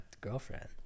girlfriend